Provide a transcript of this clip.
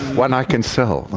one i can sell. oh,